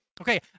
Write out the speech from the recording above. okay